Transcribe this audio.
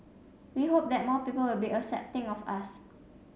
we hope that more people will be accepting of us